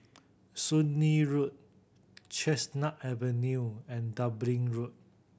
Soon Lee Road Chestnut Avenue and Dublin Road